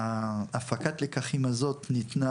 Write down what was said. עשינו מצגות של הפקת לקחים בעבר והם ניתנו